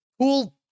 cool